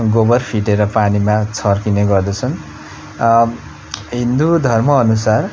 गोबर फिटेर पानीमा छर्किने गर्दछन् हिन्दू धर्मअनुसार